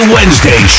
Wednesday